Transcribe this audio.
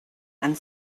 and